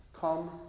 come